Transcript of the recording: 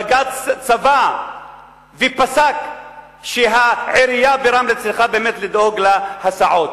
בג"ץ קבע ופסק שהעירייה ברמלה צריכה לדאוג להסעות.